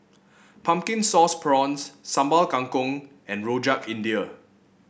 Pumpkin Sauce Prawns Sambal Kangkong and Rojak India